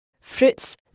Fruits